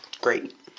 Great